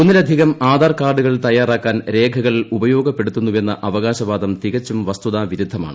ഒന്നിലധികം ആധാർ കാർഡുകൾ തയ്യാറാക്കാൻ രേഖകൾ ഉപയോഗപ്പെടുത്തുന്നുവെന്ന അവകാശവാദം തികച്ചും വസ്തുതാവിരുദ്ധമാണ്